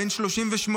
בן 38,